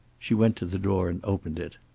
she went to the door and opened it.